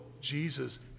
Jesus